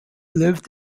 lived